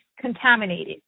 contaminated